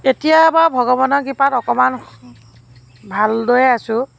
এতিয়া বাৰু ভগৱানৰ কৃপাত অকণমান ভাল দৰে আছোঁ